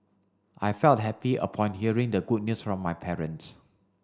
I felt happy upon hearing the good news from my parents